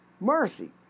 Mercy